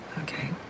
okay